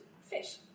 fish